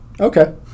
okay